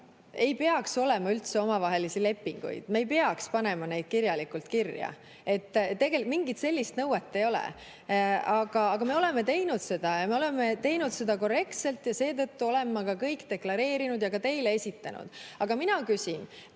ei peaks üldse olema omavahelisi lepinguid, me ei peaks panema neid kirjalikult kirja, mingit sellist nõuet ei ole. Aga me oleme teinud seda ja me oleme teinud seda korrektselt. Ma olen kõik deklareerinud ja ka teile esitanud. Aga mina küsin.